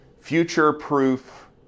future-proof